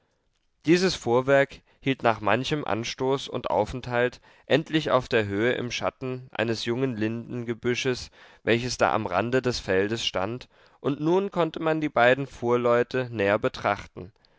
dies fuhrwerk hielt nach manchem anstoß und aufenthalt endlich auf der höhe im schatten eines jungen lindengebüsches welches da am rande des feldes stand und nun konnte man die beiden fuhrleute näher betrachten